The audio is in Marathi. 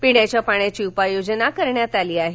पिण्याच्या पाण्याची उपाययोजना करण्यात आली आहे